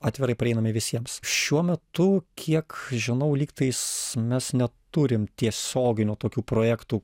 atvirai prieinami visiems šiuo metu kiek žinau lygtais mes neturim tiesioginių tokių projektų